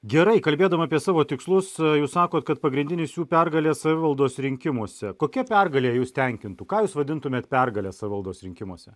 gerai kalbėdama apie savo tikslus jūs sakot kad pagrindinis jų pergalė savivaldos rinkimuose kokia pergalė jus tenkintų ką jūs vadintumėt pergale savivaldos rinkimuose